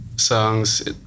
Songs